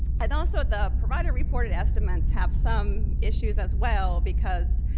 and also the provider-reported estimates have some issues as well because